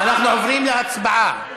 אנחנו עוברים להצבעה.